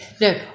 No